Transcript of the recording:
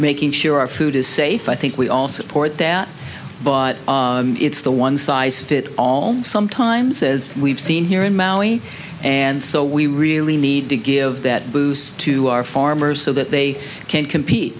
making sure our food is safe i think we all support that but it's the one size fits all sometimes as we've seen here in mali and so we really need to give that boost to our farmers so that they can compete